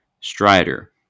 Strider